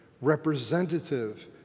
Representative